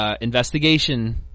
investigation